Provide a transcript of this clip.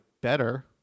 better